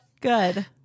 Good